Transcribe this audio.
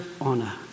honor